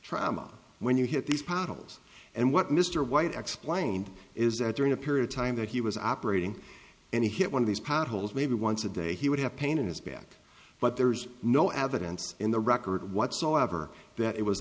trauma when you hit these paddles and what mr white explained is that during a period of time that he was operating and he hit one of these paddles maybe once a day he would have pain in his back but there's no evidence in the record whatsoever that it was